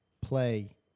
play